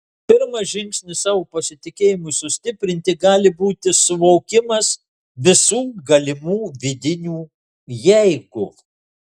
pirmas žingsnis savo pasitikėjimui sustiprinti gali būti suvokimas visų galimų vidinių jeigu